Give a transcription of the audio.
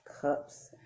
cups